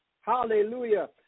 Hallelujah